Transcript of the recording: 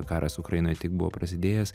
karas ukrainoj tik buvo prasidėjęs